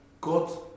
God